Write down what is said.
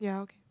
yeah okay